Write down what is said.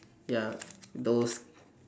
ya those